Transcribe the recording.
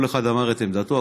כל אחד אמר את עמדתו,